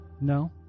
No